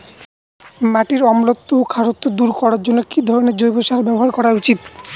মাটির অম্লত্ব ও খারত্ব দূর করবার জন্য কি ধরণের জৈব সার ব্যাবহার করা উচিৎ?